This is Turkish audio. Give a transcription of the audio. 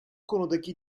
konudaki